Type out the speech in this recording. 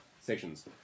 Sections